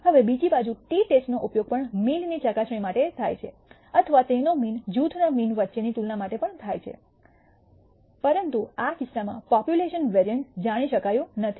હવે બીજી બાજુ ટી ટેસ્ટનો ઉપયોગ પણ મીન ની ચકાસણી માટે થાય છે અથવા તેનો મીન જૂથના મીન વચ્ચેની તુલના માટે પણ થાય છે પરંતુ આ કિસ્સામાં પોપ્યુલેશન વેરિઅન્સ જાણી શકાયું નથી